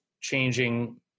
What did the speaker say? changing